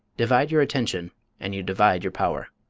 divide your attention and you divide your power.